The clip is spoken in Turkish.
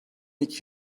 iki